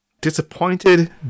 Disappointed